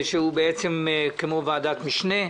שהוא בעצם כמו ועדת משנה,